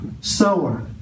sower